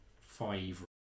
five